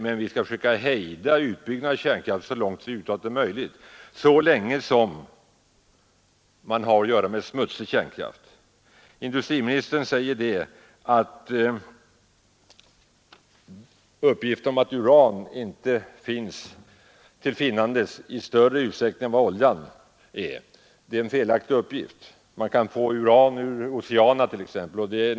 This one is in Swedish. Men vi skall hejda den vidare utbyggnaden av kärnkraft så länge det är möjligt att göra det — och så länge vi har att göra med smutsig kärnkraft. Industriministern säger att uppgiften om att det inte finns uran i större utsträckning än olja är felaktig. Man kan få uran t.ex. ur oceanerna.